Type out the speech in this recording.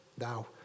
now